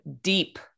deep